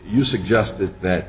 you suggested that